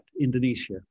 Indonesia